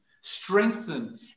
strengthen